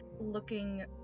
looking